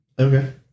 Okay